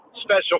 special